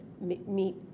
meet